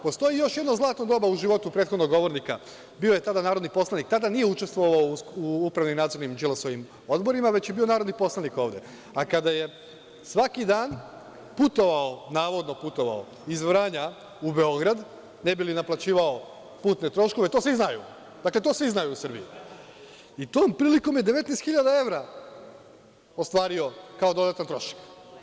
Postoji još jedno zlatno doba u životu prethodnog govornika, bio je tada narodni poslanik, tada nije učestvovao u upravnim, nadzornim Đilasovim odborima, već je bio narodni poslanik ovde, a kada je svaki dan putovao, navodno putovao iz Vranja u Beograd, ne bi li naplaćivao putne troškove, to svi znaju, to svi znaju u Srbiji, i tom prilikom je 19.000 evra ostvario kao dodatan trošak.